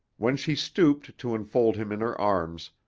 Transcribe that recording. when she stooped to enfold him in her arms,